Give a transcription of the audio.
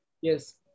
Yes